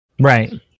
Right